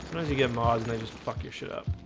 sometimes you get mars and they just fuck your shit up